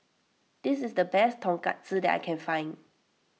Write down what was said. this is the best Tonkatsu that I can find